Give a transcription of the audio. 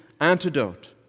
antidote